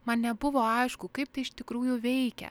man nebuvo aišku kaip tai iš tikrųjų veikia